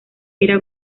era